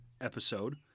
episode